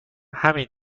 همین